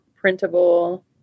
printable